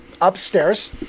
upstairs